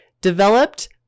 developed